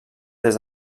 des